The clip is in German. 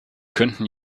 könnten